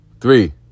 three